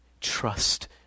trust